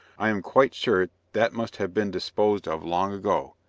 i am quite sure that must have been disposed of long ago,